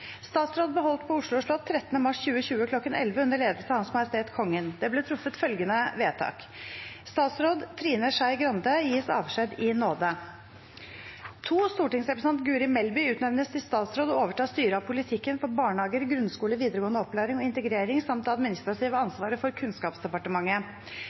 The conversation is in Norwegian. på Oslo slott 13. mars 2020 kl. 1100 under ledelse av Hans Majestet Kongen. Det ble truffet følgende vedtak: Statsråd Trine Skei Grande gis avskjed i nåde. Stortingsrepresentant Guri Melby utnevnes til statsråd og overtar styret av politikken for barnehager, grunnskole, videregående opplæring og integrering samt det administrative